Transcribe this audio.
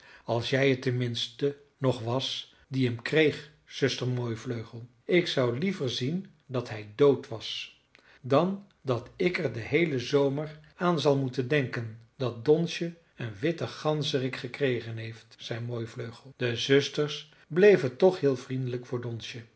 als jij het ten minste nog was die hem kreeg zuster mooivleugel ik zou liever zien dat hij dood was dan dat ik er den heelen zomer aan zal moeten denken dat donsje een witten ganzerik gekregen heeft zei mooivleugel de zusters bleven toch heel vriendelijk voor donsje